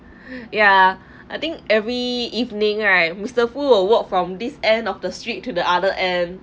ya I think every evening right mister foo will walk from this end of the street to the other end